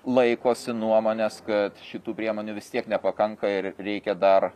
laikosi nuomonės kad šitų priemonių vis tiek nepakanka ir reikia dar